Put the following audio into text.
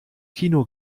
kino